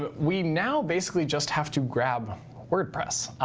but we now basically just have to grab wordpress.